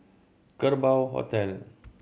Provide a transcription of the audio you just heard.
Kerbau Hotel